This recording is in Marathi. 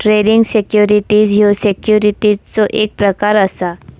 ट्रेडिंग सिक्युरिटीज ह्यो सिक्युरिटीजचो एक प्रकार असा